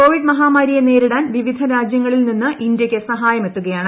Covid മഹാമാരിയെ നേരിടാൻ വിവിധ രാജ്യങ്ങളിൽ നിന്ന് ഇന്ത്യക്ക് സഹായമെത്തുകയാണ്